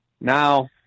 now